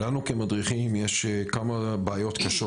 לנו כמדריכים יש כמה בעיות קשות.